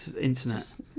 Internet